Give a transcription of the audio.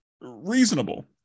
reasonable